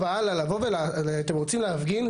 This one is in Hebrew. אתם רוצים להפגין?